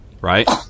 Right